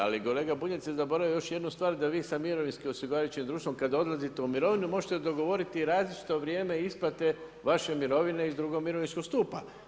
Ali kolega Bunjac je zaboravio još jednu stvar, da vi sa mirovinskim osiguravajućim društvom kada odlazite u mirovinu možete dogovoriti različito vrijeme isplate vaše mirovine iz drugog mirovinskog stupa.